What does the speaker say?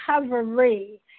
recovery